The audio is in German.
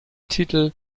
titel